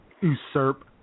usurp